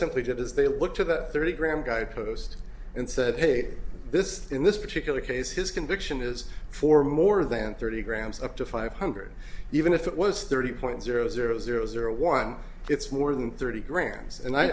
simply did is they looked to the thirty gram guy post and said hey this is in this particular case his conviction is for more than thirty grams up to five hundred even if it was thirty point zero zero zero zero one it's more than thirty grams and i